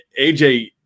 AJ